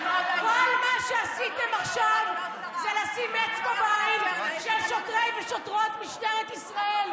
כל מה שעשיתם עכשיו זה לשים אצבע בעין של שוטרי ושוטרות משטרת ישראל,